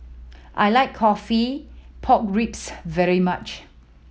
I like coffee pork ribs very much